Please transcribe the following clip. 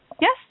Yes